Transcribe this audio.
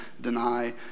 deny